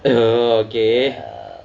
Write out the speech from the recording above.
err oh okay